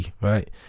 right